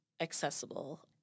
accessible